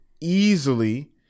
easily